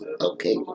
okay